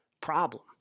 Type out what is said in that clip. problem